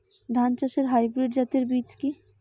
ধান চাষের হাইব্রিড জাতের বীজ কি?